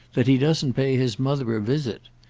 that he doesn't pay his mother a visit.